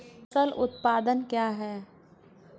फसल उत्पादन क्या है?